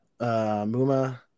Muma